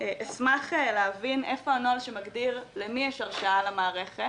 אשמח להבין: איפה הנוהל שמגדיר למי יש הרשאה למערכת